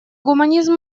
гуманизм